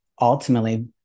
ultimately